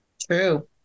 True